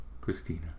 Christina